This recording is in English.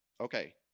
Okay